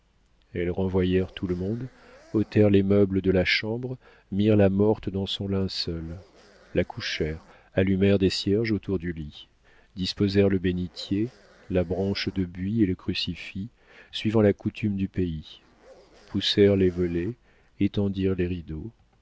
elles renvoyèrent tout le monde ôtèrent les meubles de la chambre mirent la morte dans son linceul la couchèrent allumèrent des cierges autour du lit disposèrent le bénitier la branche de buis et le crucifix suivant la coutume du pays poussèrent les volets étendirent les rideaux